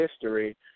history